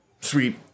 Sweet